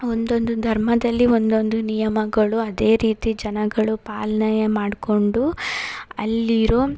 ಒಂದೊಂದು ಧರ್ಮದಲ್ಲಿ ಒಂದೊಂದು ನಿಯಮಗಳು ಅದೇ ರೀತಿ ಜನಗಳು ಪಾಲನೆ ಮಾಡಿಕೊಂಡು ಅಲ್ಲಿರೋ